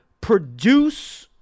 produce